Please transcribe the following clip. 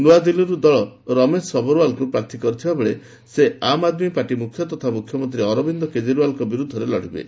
ନୂଆଦିଲ୍ଲୀରୁ ଦଳ ରମେଶ ସବରଓ୍ୱାଲଙ୍କୁ ପ୍ରାର୍ଥୀ କରିଥିବାବେଳେ ସେ ଆମ ଆଦମୀ ପାର୍ଟି ମୁଖ୍ୟ ତଥା ମୁଖ୍ୟମନ୍ତ୍ରୀ ଅରବିନ୍ଦ କେଜରିୱାଲଙ୍କ ବିରୁଦ୍ଧରେ ଲଢ଼ିବେ